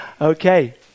Okay